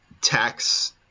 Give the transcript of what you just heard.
tax –